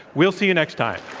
we'll see you next time.